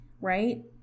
right